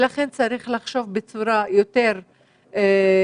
לכן צריך לחשוב בצורה יותר אפקטיבית,